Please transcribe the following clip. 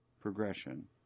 progression